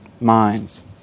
minds